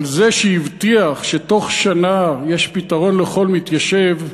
אבל זה שהבטיח שתוך שנה יש פתרון לכל מתיישב,